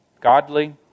Godly